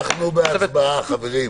אנחנו בהצבעה, חברים.